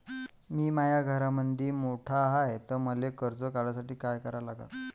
मी माया घरामंदी मोठा हाय त मले कर्ज काढासाठी काय करा लागन?